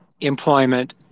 employment